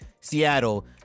Seattle